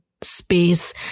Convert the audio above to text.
space